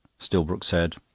stillbrook said,